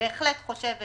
בהחלט חושבת